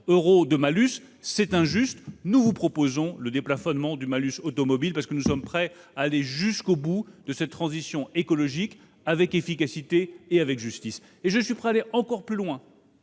par kilomètre. C'est injuste : nous proposons donc le déplafonnement du malus automobile, parce que nous sommes prêts à aller jusqu'au bout de la transition écologique, avec efficacité et justice. Je suis prêt à aller encore plus loin,